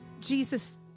Jesus